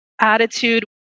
attitude